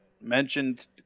mentioned